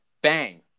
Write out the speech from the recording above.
bang